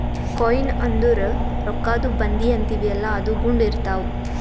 coin ಅಂದುರ್ ರೊಕ್ಕಾದು ಬಂದಿ ಅಂತೀವಿಯಲ್ಲ ಅದು ಗುಂಡ್ ಇರ್ತಾವ್